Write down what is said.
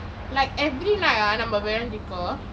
like every night ah நம்ப விளையாடிருப்போம்:namba vileiyaadirupom